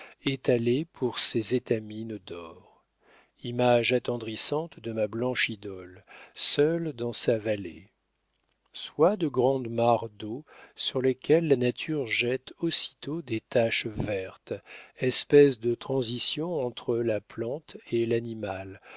étalé pour ses étamines d'or image attendrissante de ma blanche idole seule dans sa vallée soit de grandes mares d'eau sur lesquelles la nature jette aussitôt des taches vertes espèce de transition entre la plante et l'animal